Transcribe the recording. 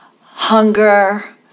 hunger